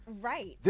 Right